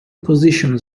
positions